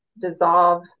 dissolve